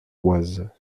oise